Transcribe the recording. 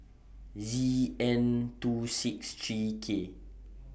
Z N two six three K